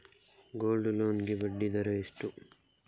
Gold loan ಗೆ ಬಡ್ಡಿ ದರ ಎಷ್ಟು?